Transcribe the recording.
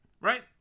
right